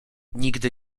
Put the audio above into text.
nigdy